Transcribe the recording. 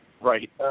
Right